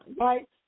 right